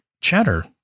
chatter